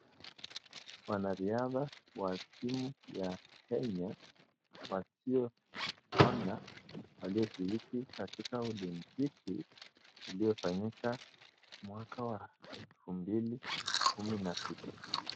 Wanariadha ya timu ya Kenya wasioona, walioshiriki katika olimpiki iliyo fanyika, mwaka wa elfu mbili kumi na sita.